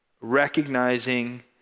recognizing